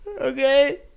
okay